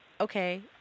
Okay